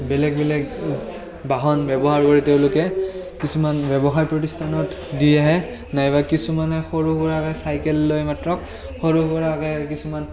বেলেগ বেলেগ বাহন ব্যৱহাৰ কৰি তেওঁলোকে কিছুমান ব্যৱসায় প্ৰতিষ্ঠানত দি আহে নাইবা কিছুমানে সৰু সুৰা চাইকেল লৈ মাত্ৰ সৰু সুৰাকৈ কিছুমান